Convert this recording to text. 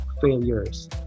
failures